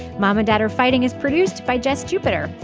mom and dad are fighting is produced by jess jupiter.